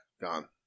Gone